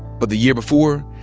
but the year before,